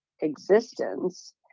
existence